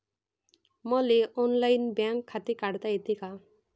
मले online bank खाते काढता येते का?